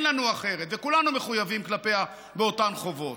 לנו אחרת וכולנו מחויבים כלפיה באותן חובות.